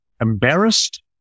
embarrassed